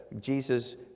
Jesus